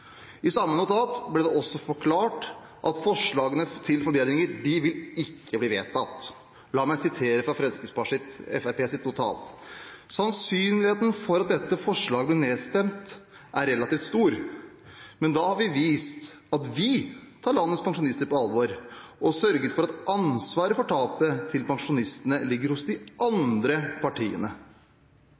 I samme notat ble det også forklart at forslagene til forbedringer ikke vil bli vedtatt. La meg sitere fra Fremskrittspartiets notat: «Sannsynligheten for at dette forslaget blir nedstemt, er relativt stor, men da har vi vist at vi tar landets pensjonister på alvor, og sørget for at ansvaret for tapet til pensjonistene ligger hos de partiene